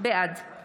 בעד חיים ביטון, נגד